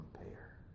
compare